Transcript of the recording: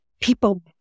people